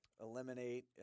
eliminate